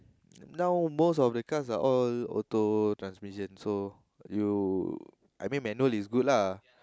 now most of the cars are all auto transmission so you I mean manual is good lah